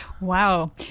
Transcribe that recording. Wow